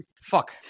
fuck